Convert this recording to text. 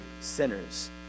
sinners